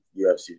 UFC